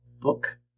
book